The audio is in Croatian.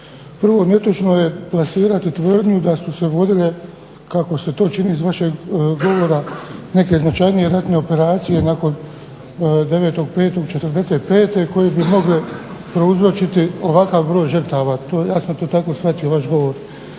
Prvo netočno je plasirati tvrdnju da su se vodile kako se to čini iz vašeg govora neke značajnije ratne operacije nakon 9.5.'45. koje bi mogle prouzročiti ovakav broj žrtava. Ja sam to tako shvatio vaš govor.